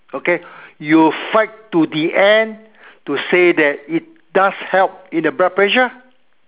okay you fight to the end to say that it does help in the blood pressure